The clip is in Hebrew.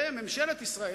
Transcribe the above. וממשלת ישראל,